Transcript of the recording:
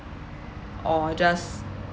or just